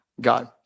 God